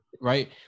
Right